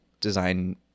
design